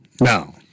No